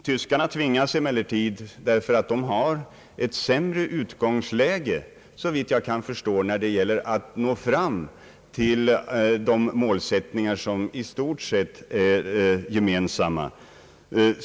Tyskarna har såvitt jag kan förstå ett sämre utgångsläge när det gäller att nå fram till de målsättningar som i stort sett är gemensamma.